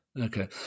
Okay